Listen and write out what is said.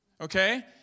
okay